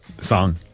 song